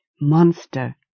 MONSTER